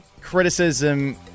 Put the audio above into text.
criticism